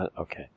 okay